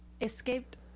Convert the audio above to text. escaped